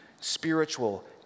spiritual